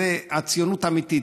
זו הציונות האמיתית,